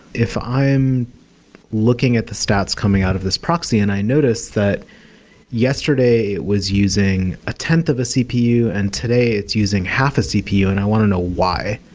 if i'm looking at the stats coming out of this proxy and i notice that yesterday was using a tenth of a cpu, and today it's using half a cpu and i want to know why.